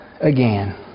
again